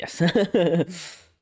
Yes